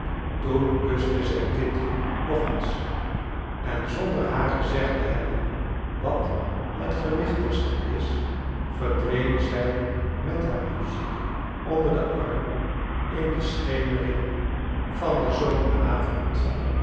toen kuste zij kitty nog eens en zonder haar gezegd te hebben wat het gewichtigste is verdween zij met haar muziek onder den arm in de schemering van den zomeravond